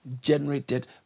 generated